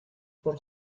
por